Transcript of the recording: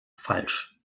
falsch